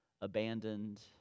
abandoned